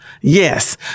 Yes